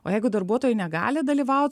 o jeigu darbuotojai negali dalyvaut